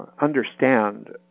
understand